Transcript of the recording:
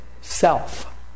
Self